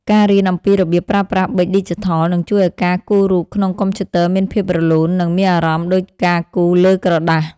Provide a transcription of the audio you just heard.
ការរៀនអំពីរបៀបប្រើប្រាស់ប៊ិចឌីជីថលនឹងជួយឱ្យការគូររូបក្នុងកុំព្យូទ័រមានភាពរលូន និង មានអារម្មណ៍ដូចការគូរលើក្រដាស។